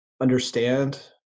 understand